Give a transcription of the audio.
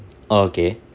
oh okay